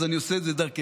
אז אני עושה את זה דרככם.